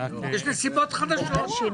יש נסיבות חדשות.